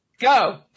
Go